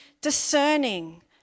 discerning